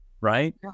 right